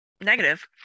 negative